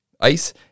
Ice